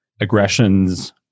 aggressions